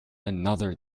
another